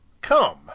Come